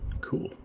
cool